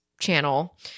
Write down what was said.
channel